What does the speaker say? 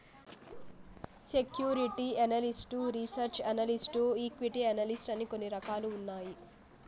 security analyst research analyst equity analyst అని కొన్ని రకాలు ఉన్నాయి